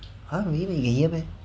!huh! really you can hear meh